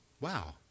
wow